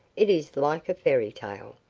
it is like a fairy tale! ah,